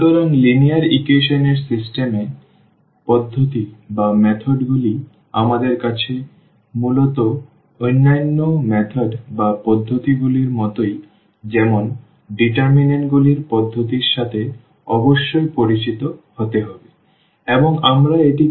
সুতরাং linear equation এর system এ পদ্ধতি গুলি আমাদের কাছে মূলত অন্যান্য পদ্ধতি গুলির মতন যেমন ডিটার্মিন্যান্টগুলির পদ্ধতির সাথে অবশ্যই পরিচিত হতে হবে এবং আমরা এটিকে ক্র্যামার নিয়ম বলি